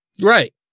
Right